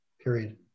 period